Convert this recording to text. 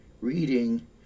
reading